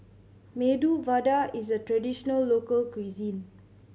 Medu Vada is a traditional local cuisine